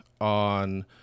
on